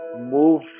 move